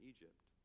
Egypt